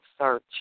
search